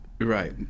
Right